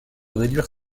réduire